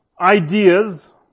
ideas